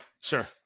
Sure